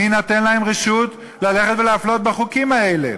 מי נותן להם רשות להפלות בחוקים האלה?